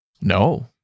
No